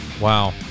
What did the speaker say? Wow